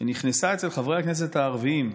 שנכנסה אצל חברי הכנסת הערבים,